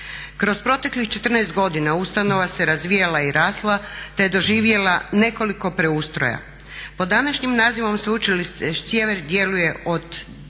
Kroz proteklih 14 godina ustanova se razvijala i rasla, te je doživjela nekoliko preustroja. Pod današnjim nazivom Sveučilište Sjever djeluje od 22.